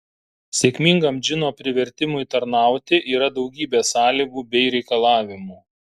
sėkmingam džino privertimui tarnauti yra daugybė sąlygų bei reikalavimų